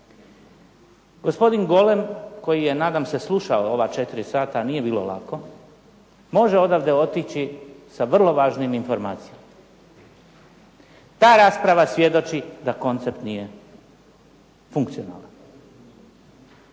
Gospodin Golem, koji je nadam se slušao ova četiri sata, a nije bilo lako može odavde otići sa vrlo važnim informacijama. Ta rasprava svjedoči da koncept nije funkcionalan.